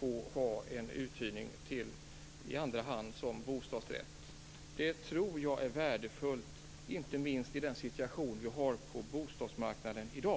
få ha en uthyrning i andra hand som bostadsrätt. Jag tror att det vore värdefullt, inte minst med tanke på situationen på bostadsmarknaden i dag.